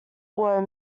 were